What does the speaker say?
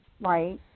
right